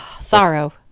sorrow